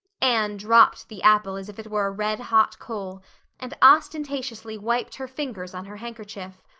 anne dropped the apple as if it were a red-hot coal and ostentatiously wiped her fingers on her handkerchief.